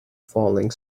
falling